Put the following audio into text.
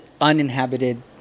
uninhabited